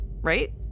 right